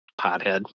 Pothead